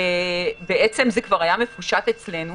בעצם זה כבר היה מפושט אצלנו